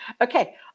Okay